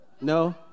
No